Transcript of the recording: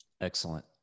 Excellent